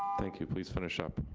thank you, please finish up.